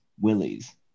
willies